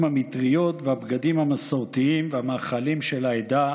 המטריות והבגדים המסורתיים והמאכלים של העדה,